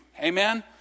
Amen